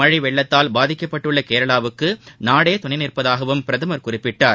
மழை வெள்ளத்தால் பாதிக்கப்பட்டுள்ள கேரளாவுக்கு நாடே துணை நிற்பதாகவும் பிரதமர் குறிப்பிட்டார்